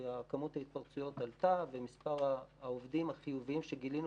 כי כמות התפרצויות עלתה ומספר העובדים החיוביים שגילינו